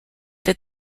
that